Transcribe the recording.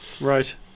Right